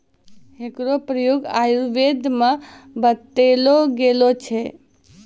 एकरो प्रयोग आयुर्वेद म बतैलो गेलो छै